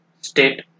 state